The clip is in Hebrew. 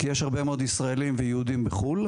כי יש הרבה מאוד ישראלים ויהודים בחו"ל.